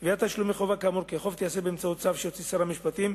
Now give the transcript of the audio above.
קביעת תשלומי חובה כאמור כ"חוב" תיעשה באמצעות צו שיוציא שר המשפטים,